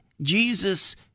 Jesus